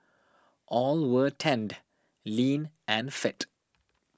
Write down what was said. all were tanned lean and fit